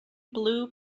blue